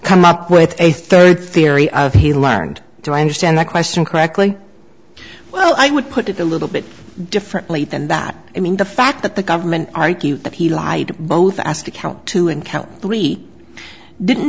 come up with a third theory of he learned to understand the question correctly well i would put it a little bit differently than that i mean the fact that the government argued that he lied to both as to count two and count three didn't